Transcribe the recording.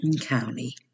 County